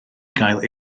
gael